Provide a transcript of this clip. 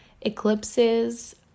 Eclipses